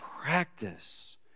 practice